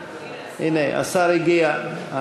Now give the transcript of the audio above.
השר הגיע.